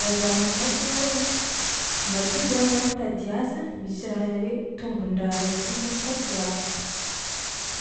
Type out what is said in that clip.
Raha za manôkagna alôha ai matoa zany za mitady asa misy raha hoe tombon-draha raiky ry zany tadiaviko